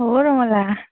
অঁ ৰমলা